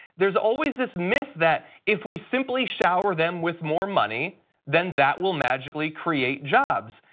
there is always this myth that if we simply shower them with more money than that will magically create jobs.